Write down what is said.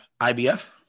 IBF